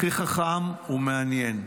הכי חכם ומעניין,